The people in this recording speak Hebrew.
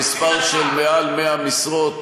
המספר של מעל 100 משרות